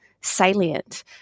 salient